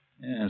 Yes